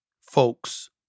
folks